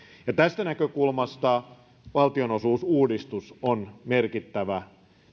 tästä näkökulmasta valtionosuusuudistus on merkittävä